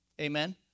Amen